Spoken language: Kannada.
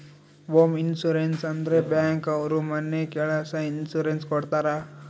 ಹೋಮ್ ಇನ್ಸೂರೆನ್ಸ್ ಅಂದ್ರೆ ಬ್ಯಾಂಕ್ ಅವ್ರು ಮನೆ ಮೇಲೆ ಇನ್ಸೂರೆನ್ಸ್ ಕೊಡ್ತಾರ